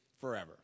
forever